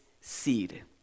seed